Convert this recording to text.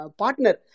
partner